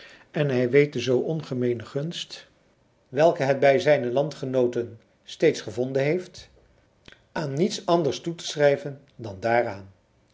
en hij weet de zoo ongemeene gunst welke het bij zijne landgenooten steeds gevonden heeft aan niets anders toe te schrijven dan daaraan